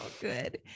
good